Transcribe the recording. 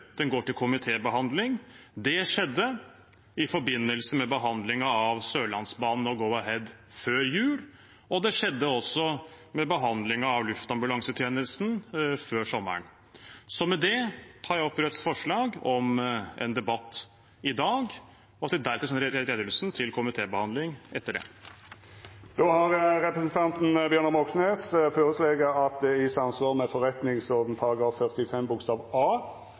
den går til komitébehandling. Det skjedde i forbindelse med behandlingen av saken om Sørlandsbanen og Go-Ahead før jul, og det skjedde også med behandlingen av saken om Luftambulansetjenesten før sommeren. Med det tar jeg opp Rødts forslag om å ha en debatt i dag og at redegjørelsen sendes til komitébehandling etter det. Representanten Bjørnar Moxnes har føreslått at det i samsvar med forretningsordenen § 45 a